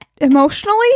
emotionally